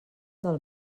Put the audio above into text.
del